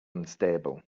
unstable